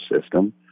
system